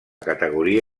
categoria